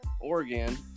Oregon